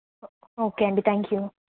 ఓ okay అండి thank you